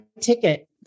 ticket